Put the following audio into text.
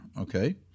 okay